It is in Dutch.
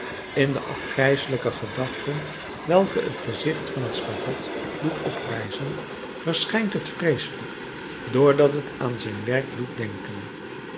in de afgrijselijke gedachten welke t gezicht van het schavot doet oprijzen verschijnt het vreeselijk doordat het aan zijn werk doet denken